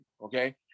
okay